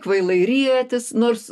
kvailai rietis nors